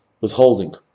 withholding